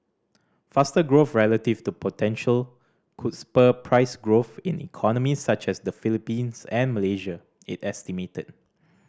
faster growth relative to potential could spur price growth in economies such as the Philippines and Malaysia it estimated